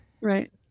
Right